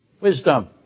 Wisdom